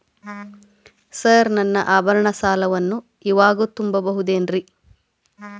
Sir ನನ್ನ ಆಭರಣ ಸಾಲವನ್ನು ಇವಾಗು ತುಂಬ ಬಹುದೇನ್ರಿ?